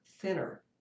thinner